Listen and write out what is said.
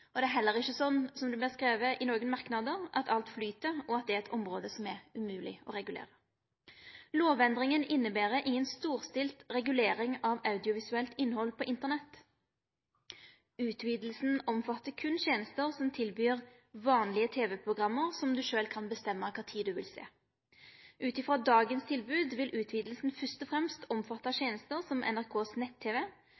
og det er heller ikkje slik, som det vart skrive i nokre merknader, at alt flyt, og at det er eit område som er umogleg å regulere. Lovendringa inneber inga storstilt regulering av audiovisuelt innhald på Internett. Utvidinga omfattar berre tenester som tilbyr vanlege tv-program som du sjølv kan bestemme når du vil sjå. Ut ifrå dagens tilbod vil utvidinga først og fremst